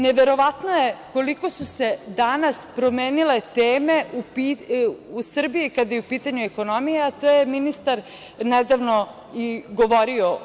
Neverovatno je koliko su se danas promenile teme u Srbiji kada je u pitanju ekonomija, a o tome je ministar nedavno i govorio.